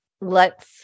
lets